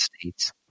States